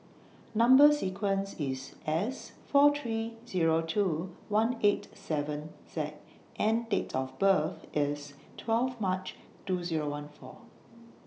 Number sequence IS S four three Zero two one eight seven Z and Date of birth IS twelve March two Zero one four